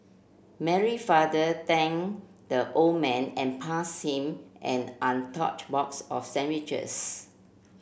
Mary father thanked the old man and pass him an untouched box of sandwiches